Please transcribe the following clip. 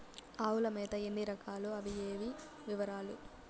ఆవుల మేత ఎన్ని రకాలు? అవి ఏవి? వివరాలు?